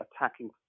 attacking